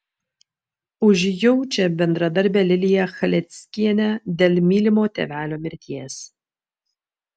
užjaučia bendradarbę liliją chaleckienę dėl mylimo tėvelio mirties